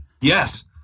Yes